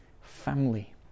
Family